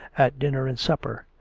at dinner and supper.